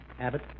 Abbott